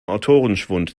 autorenschwund